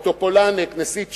וטופולנק נשיא צ'כיה,